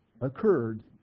occurred